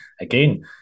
again